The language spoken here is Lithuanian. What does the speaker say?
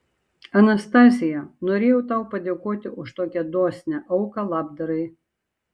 anastazija norėjau tau padėkoti už tokią dosnią auką labdarai